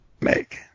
make